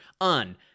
on